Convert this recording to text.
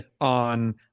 on